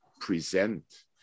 present